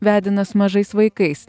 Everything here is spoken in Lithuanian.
vedinas mažais vaikais